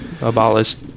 abolished